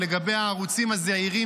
לגבי הערוצים הזעירים